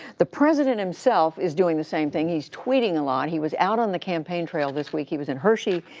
the president himself is doing the same thing. he's tweeting a lot. he was out on the campaign trail this week. he was in hershey,